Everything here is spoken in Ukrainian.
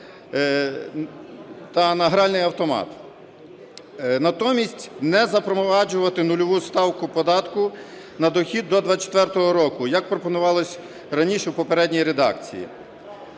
та на гральний автомат. Натомість не запроваджувати нульову ставку податку на дохід до 24-го року, як пропонувалося раніше у попередній редакції.